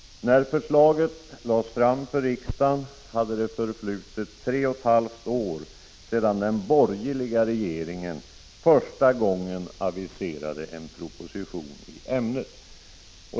När förslaget lades fram för riksdagen hade det förflutit tre och ett halvt år sedan den borgerliga regeringen första gången aviserade en proposition i ämnet.